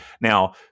now